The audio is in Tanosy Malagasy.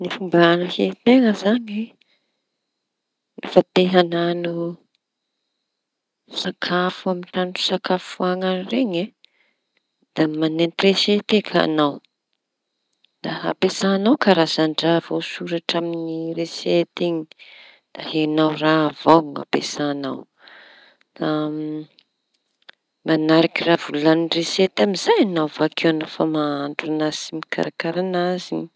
Fomba añahian-teña zañy rehefa te hañano sakafo amy traño fisakafoañana reñy e! Da mañenty resety eky añao da ampiasañao karaza ndraha voasoratsy amy resety iñy. Da ahiañao raha vao ny ampiasañao da mañaraky raha volañiny resety amizay añao bakeo nof amahandro anazy sy mikarakara anazy.